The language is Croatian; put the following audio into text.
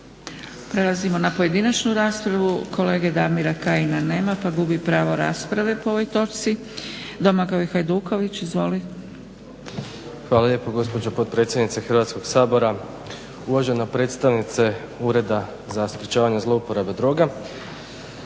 Prelazimo na pojedinačnu raspravu. Kolege Damira Kajina nema pa gubi pravo rasprave po ovoj točci. Domagoj Hajduković, izvoli. **Hajduković, Domagoj (SDP)** Hvala lijepo gospođo potpredsjednice Hrvatskog sabora, uvažena predstavnice Ureda za sprječavanje zlouporabe droga,